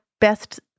best